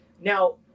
Now